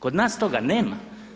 Kod nas toga nema.